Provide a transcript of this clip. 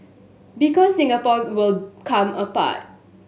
because Singapore will come apart